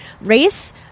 race